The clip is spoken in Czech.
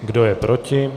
Kdo je proti?